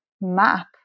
map